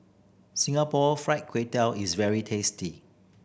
Singapore Fried Kway Tiao is very tasty